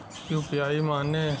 UPI माने?